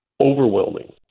overwhelming